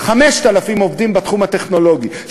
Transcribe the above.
5,000 עובדים בתחום הטכנולוגי,